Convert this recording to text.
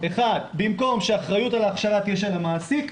במקום שהאחריות על ההכשרה תהיה על הממשלה,